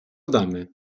damy